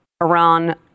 Iran